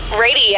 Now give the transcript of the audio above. Radio